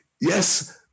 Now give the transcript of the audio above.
yes